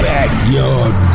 Backyard